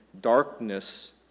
darkness